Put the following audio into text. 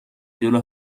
جلو